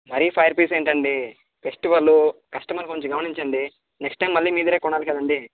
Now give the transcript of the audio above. మరీ five rupees ఏంటండి ఫెస్టివల్లూ కస్టమర్ని కొంచెం గమనించండి నెక్స్ట్ టైం మళ్ళీ మీదగ్గరే కొనాలి కదండి